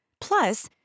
Plus